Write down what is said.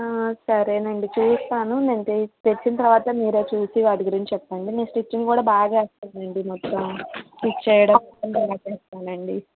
సరేనండి చూస్తాను నేను తెచ్చిన తర్వాత మీరే చూసి వాటి గురించి చెప్పండి మేము స్టిచ్చింగ్ కూడా బాగా చేస్తామండి మొత్తం స్టిచ్ చేయడం